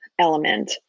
element